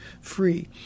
free